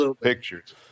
pictures